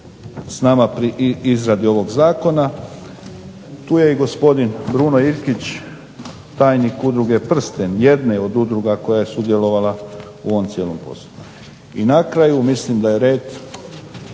s nama pri izradi ovog Zakona, tu je gospodin Bruno Ivkić tajnik udruge Prsten, jedne od udruga koja je sudjelovala u ovom cijelom poslu. I na kraju mislim da je red